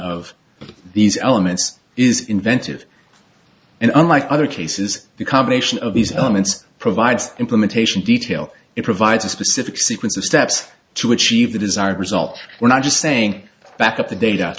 of these elements is inventive and unlike other cases the combination of these elements provides implementation detail it provides a specific sequence of steps to achieve the desired result we're not just saying back up the data